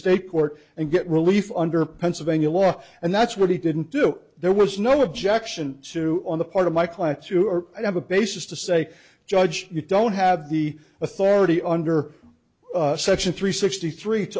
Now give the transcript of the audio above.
state court and get relief under pennsylvania law and that's what he didn't do there was no objection to on the part of my client to or i have a basis to say judge you don't have the authority under section three sixty three